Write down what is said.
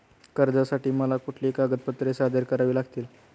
कर्जासाठी मला कुठली कागदपत्रे सादर करावी लागतील?